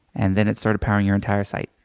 and then it started powering your entire site.